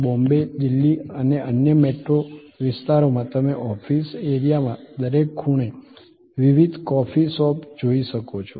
બોમ્બે દિલ્હી અને અન્ય મેટ્રો વિસ્તારોમાં તમે ઓફિસ એરિયામાં દરેક ખૂણે વિવિધ કોફી શોપ જોઈ શકો છો